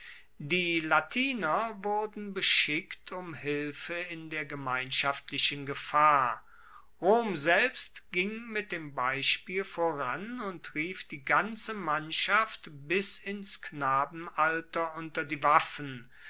die latiner wurden beschickt um hilfe in der gemeinschaftlichen gefahr rom selbst ging mit dem beispiel voran und rief die ganze mannschaft bis ins knabenalter unter die waffen